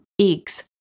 eggs